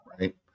right